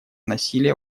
насилия